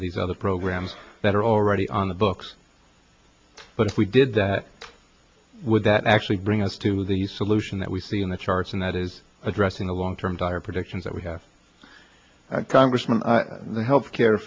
of these other programs that are already on the books but if we did that would that actually bring us to the solution that we see in the charts and that is addressing the long term dire predictions that we have congressman the health care